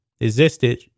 existed